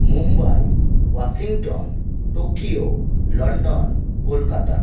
Mumbai Washington Tokyo London Kolkata